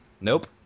Nope